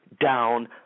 down